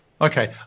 Okay